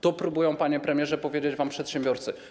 To próbują, panie premierze, powiedzieć wam przedsiębiorcy.